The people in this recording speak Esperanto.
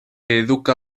eduka